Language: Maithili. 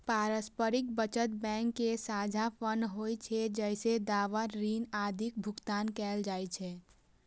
पारस्परिक बचत बैंक के साझा फंड होइ छै, जइसे दावा, ऋण आदिक भुगतान कैल जाइ छै